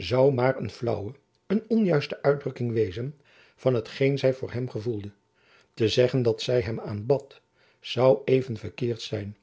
zoû maar een flaauwe een onjuiste uitdrukking wezen van hetgeen zy voor hem gevoelde te zeggen dat zy hem aanbad zoû even verkeerd zijn